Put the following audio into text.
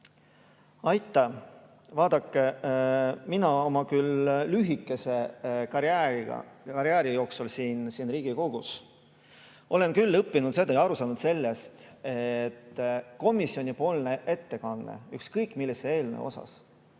Aitäh! Vaadake, mina oma lühikese karjääri jooksul siin Riigikogus olen küll õppinud seda ja aru saanud nii, et komisjonipoolne ettekanne ükskõik millise eelnõu